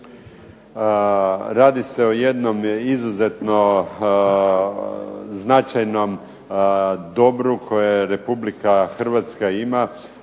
Radi se o jednom izuzetno značajnom dobru koje RH ima